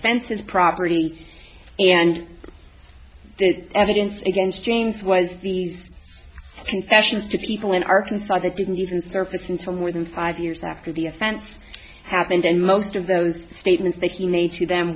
senses property and the evidence against james was confessions to people in arkansas that didn't even surface into more than five years after the offense happened and most of those statements that he made to them